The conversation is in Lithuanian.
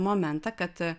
momentą kad